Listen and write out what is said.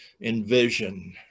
envision